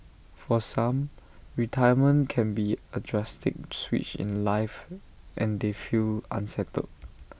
for some retirement can be A drastic switch in life and they feel unsettled